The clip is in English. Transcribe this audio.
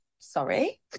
Sorry